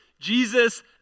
Jesus